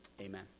amen